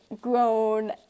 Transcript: grown